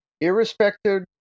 irrespective